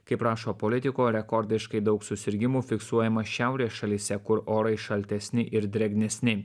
kaip rašo politiko rekordiškai daug susirgimų fiksuojama šiaurės šalyse kur orai šaltesni ir drėgnesni